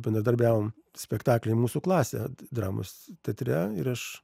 bendradarbiavom spektaklyje mūsų klasė dramos teatre ir aš